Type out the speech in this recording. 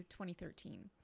2013